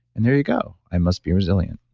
and there you go. i must be resilient.